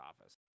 office